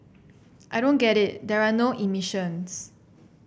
I don't get it there are no emissions